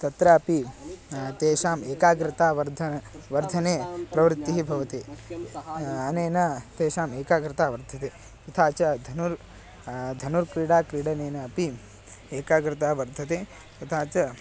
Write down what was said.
तत्रापि तेषाम् एकाग्रतावर्धनं वर्धने प्रवृत्तिः भवति अनेन तेषाम् एकाग्रता वर्धते यथा च धनुर् धनुक्रीडा क्रीडनेन अपि एकाग्रता वर्धते यथा च